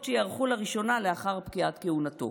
שייערכו לראשונה לאחר פקיעת כהונתו".